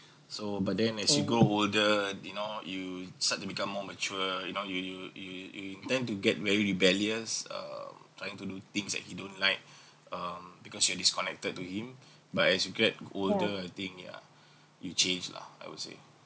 so but then as you grow older you know you start to become more matured you know you you you you you tend to get very rebellious um trying to do things that he don't like um because you are disconnected to him but as you get older thing I think yeah you changed lah I would say